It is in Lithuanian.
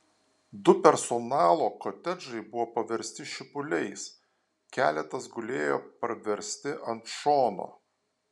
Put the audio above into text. du personalo kotedžai buvo paversti šipuliais keletas gulėjo parversti ant šono